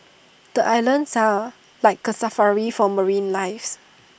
the islands are like A Safari for marine lives